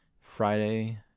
Friday